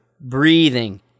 breathing